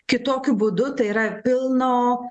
kitokiu būdu tai yra pilno